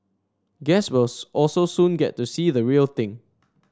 guests will also soon get to see the real thing